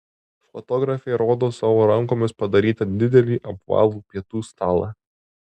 fotografė rodo savo rankomis padarytą didelį apvalų pietų stalą